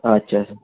अच्छा